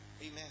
Amen